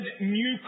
new